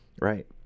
Right